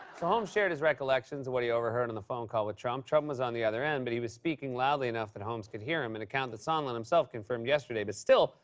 um shared his recollections of what he overheard on the phone call with ah trump. trump was on the other end, but he was speaking loudly enough that holmes could hear him, an account that sondland himself confirmed yesterday, but still,